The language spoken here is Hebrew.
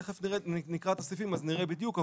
תכף נקרא את הסעיפים ונראה בדיוק.